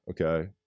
Okay